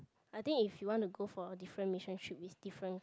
I think if you wanna go for a different mission trip is different